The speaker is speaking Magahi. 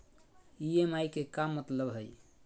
ई.एम.आई के का मतलब हई?